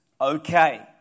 okay